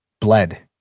bled